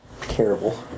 Terrible